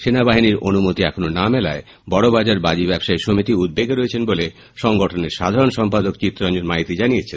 সেনা বাহিনীর অনুমতি এখনো না মেলায় বড বাজার বাজি ব্যবসায়ী সমিতি উদ্বেগে রয়েছেন বলে সংগঠনের সাধারণ সম্পাদক চিত্তরঞ্জন মাইতি জানিয়েছেন